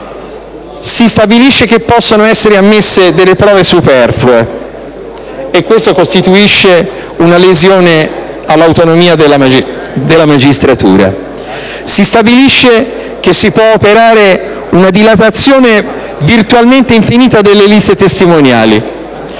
Si stabilisce che possono essere ammesse delle prove superflue, e questo costituisce una lesione all'autonomia della magistratura; si stabilisce che si può operare una dilatazione virtualmente infinita delle liste testimoniali,